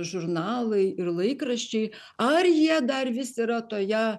žurnalai ir laikraščiai ar jie dar vis yra toje